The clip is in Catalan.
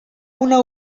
una